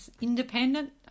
independent